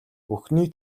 бүхний